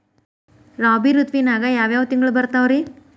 ರಾಬಿ ಋತುವಿನಾಗ ಯಾವ್ ಯಾವ್ ತಿಂಗಳು ಬರ್ತಾವ್ ರೇ?